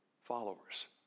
followers